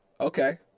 Okay